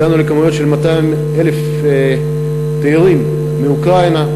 הגענו ל-200,000 תיירים מאוקראינה,